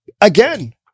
Again